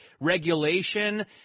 regulation